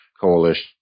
coalition